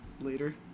later